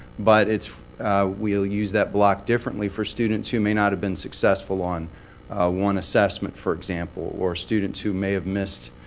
but we'll use that block differently for students who may not have been successful on one assessment, for example, or students who may have missed